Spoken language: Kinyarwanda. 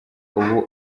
ubu